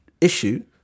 issue